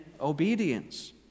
obedience